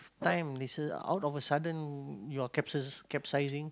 time out of a sudden your capsis~ capsizing